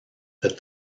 that